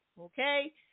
okay